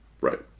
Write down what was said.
Right